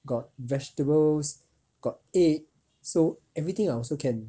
got vegetables got egg so everything I also can